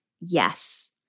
yes